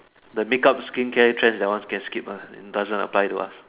the make up skin care trends that one can skip lah it doesn't apply to us